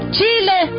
Chile